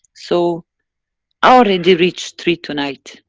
so i already reach three tonight.